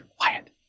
Quiet